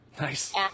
Nice